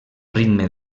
ritme